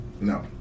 No